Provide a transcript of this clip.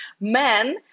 men